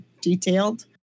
detailed